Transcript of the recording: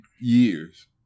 years